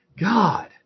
God